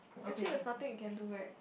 actually there's nothing you can do right